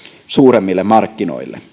suuremmille markkinoille